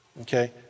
okay